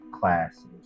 classes